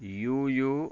U U